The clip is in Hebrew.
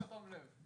חוסר תום לב.